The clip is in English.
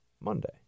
Monday